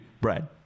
Brad